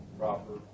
proper